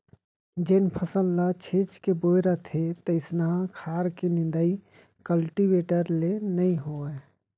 जेन फसल ल छीच के बोए रथें तइसना खार के निंदाइ कल्टीवेटर ले नइ होवय